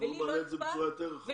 הוא מעלה את זה בצורה יותר רחבה.